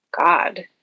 God